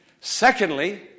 Secondly